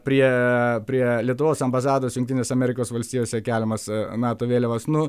prie prie lietuvos ambasados jungtines amerikos valstijose keliamas nato vėliavas nu